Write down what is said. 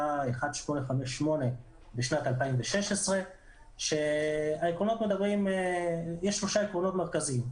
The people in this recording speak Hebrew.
1858 בשנת 2016. יש שלושה עקרונות מרכזיות.